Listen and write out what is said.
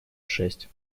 шесть